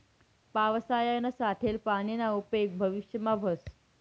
पावसायानं साठेल पानीना उपेग भविष्यमा व्हस